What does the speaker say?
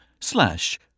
slash